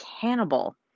cannibal